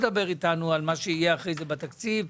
אני מבקש לדעת בתוך כמה ימים מה התשובה שלכם.